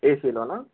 ఏ సీలోనా